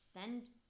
Send